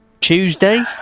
Tuesday